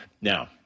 Now